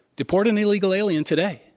deport an illegal alien today.